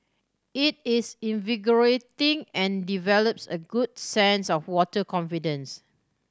it is invigorating and develops a good sense of water confidence